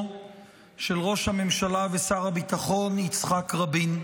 של ראש הממשלה ושר הביטחון יצחק רבין.